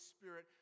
Spirit